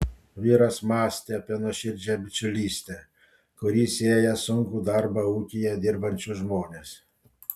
vyras mąstė apie nuoširdžią bičiulystę kuri sieja sunkų darbą ūkyje dirbančius žmones